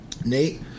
Nate